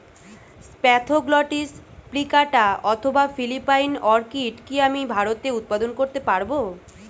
Spathoglottis plicata অথবা Philippine orchid কি আমি ভারতে উৎপাদন করতে পারবো?